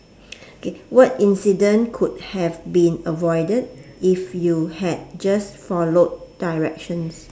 okay what incident could have been avoided if you had just followed directions